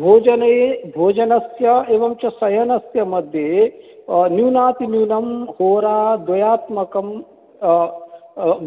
भोजने भोजनस्य एवञ्च शयनस्य मध्ये न्यूनातिन्यूनं होराद्वयात्मकं